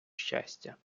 щастя